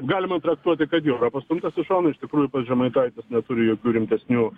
galima traktuoti kad jau yra pastumtas į šoną iš tikrųjų pats žemaitaitis neturi jokių rimtesnių